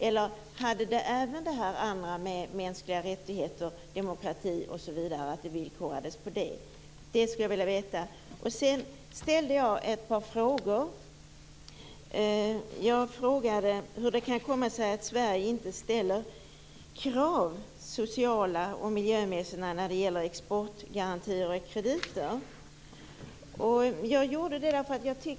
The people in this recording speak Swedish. Eller var villkorandet beroende av mänskliga rättigheter, demokrati osv.? Det skulle jag vilja veta. Sedan ställde jag ett par frågor i mitt anförande. Jag frågade bl.a. hur det kan komma sig att Sverige inte ställer sociala och miljömässiga krav när det gäller exportgarantier och krediter?